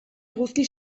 eguzki